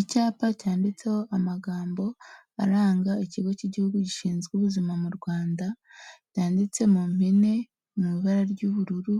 Icyapa cyanditseho amagambo aranga ikigo cy'igihugu gishinzwe ubuzima mu Rwanda byanditse mu mpine mu ibara ry'ubururu,